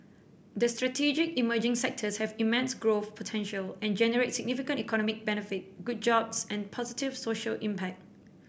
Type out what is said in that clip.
the strategic emerging sectors have immense growth potential and generate significant economic benefit good jobs and positive social impact